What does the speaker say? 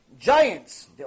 giants